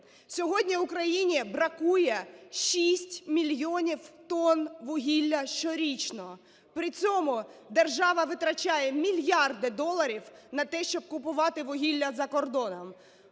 Сьогодні Україні бракує 6 мільйонів тонн вугілля щорічно, при цьому держава витрачає мільярди доларів нате, щоб купувати вугілля за кордоном: